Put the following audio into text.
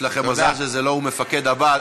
לכם מזל שלא הוא מפקד הבה"ד.